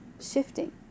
shifting